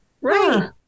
Right